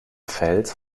fels